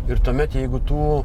ir tuomet jeigu tų